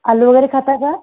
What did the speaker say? आलू वगैरे खाता का